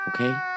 Okay